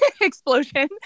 explosion